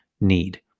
need